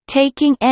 taking